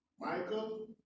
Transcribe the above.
Michael